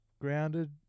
grounded